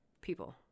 People